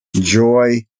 joy